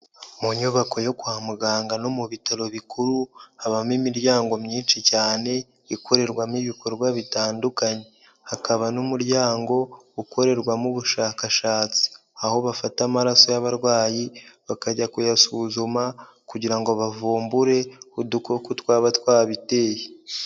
Mu nyubako yo kwa muganga no mu bitaro bikuru habamo imiryango myinshi cyane ikorerwamo ibikorwa bitandukanye hakaba n'umuryango ukorerwamo ubushakashatsi aho bafata amaraso y'abarwayi bakajya kuyasuzuma kugira ngo bavumbure udukoko twaba twabiteye.